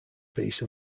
piece